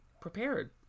prepared